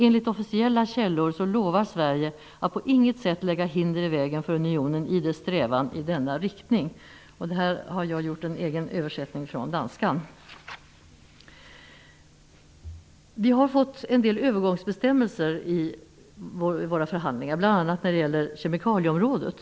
Enligt officiella källor lovar Sverige att på inget sätt lägga hinder i vägen för Unionen i dess strävan i denna riktning.'' Detta är min egen översättning från danska. Genom förhandlingarna har vi fått en del övergångsbestämmelser, bl.a. när det gäller kemikalieområdet.